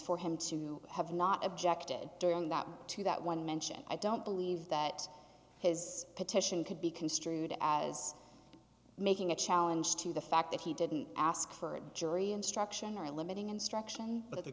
for him to have not objected during that to that one mention i don't believe that his petition could be construed as making a challenge to the fact that he didn't ask for jury instruction or limiting instruction but